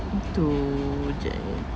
need to jap eh